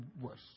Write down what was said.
worse